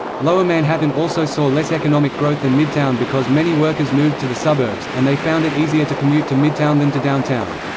lower manhattan also saw less economic growth than and midtown because many workers moved to the suburbs, and they found it easier to commute to midtown than to downtown.